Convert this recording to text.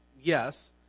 yes